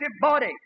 body